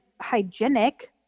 hygienic